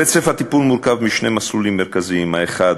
רצף הטיפול מורכב משני מסלולים מרכזיים: האחד,